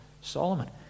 Solomon